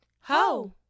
ho